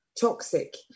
toxic